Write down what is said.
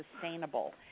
sustainable